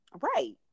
Right